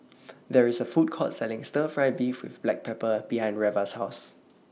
There IS A Food Court Selling Stir Fry Beef with Black Pepper behind Reva's House